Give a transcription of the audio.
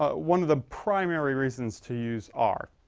ah one of the primary reasons to use our